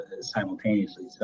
simultaneously